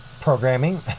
programming